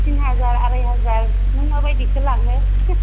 थिन हाजार आराय हाजार नों मा बादिखौ लाङो